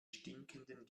stinkenden